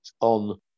on